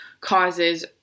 causes